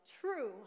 true